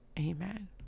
amen